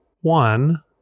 one